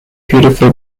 beautiful